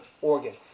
organ